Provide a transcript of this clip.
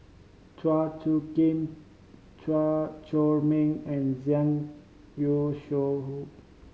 Chua Soo Khim Chua Chor Meng and Zhang Youshuo